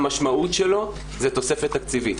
-- שהמשמעות של חיוב טיפול היא תוספת תקציבית,